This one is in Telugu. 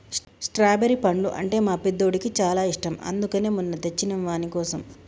స్ట్రాబెరి పండ్లు అంటే మా పెద్దోడికి చాలా ఇష్టం అందుకనే మొన్న తెచ్చినం వానికోసం